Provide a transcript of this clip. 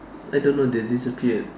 I don't know they disappeared